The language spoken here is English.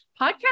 Podcast